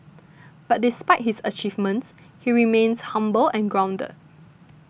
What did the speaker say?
but despite his achievements he remains humble and grounded